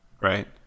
right